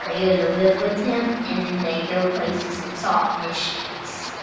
ah yeah to live with him and then they go places and solve mysteries.